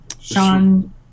Sean